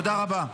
תודה רבה.